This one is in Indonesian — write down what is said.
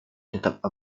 tetap